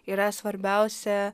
yra svarbiausia